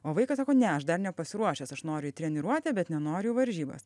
o vaikas sako ne aš dar nepasiruošęs aš noriu į treniruotę bet nenoriu į varžybas